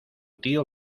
tío